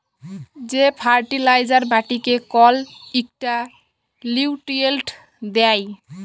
যে ফার্টিলাইজার মাটিকে কল ইকটা লিউট্রিয়েল্ট দ্যায়